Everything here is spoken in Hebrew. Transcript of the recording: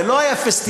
זה לא היה פסטיבל,